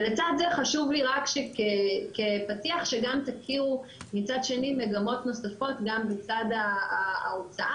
לצד זה חשוב לי כפתיח שגם תכירו מצד שני מגמות נוספות גם מצד ההוצאה,